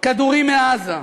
כדורים מעזה,